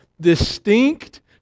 distinct